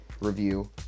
review